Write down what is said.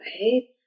right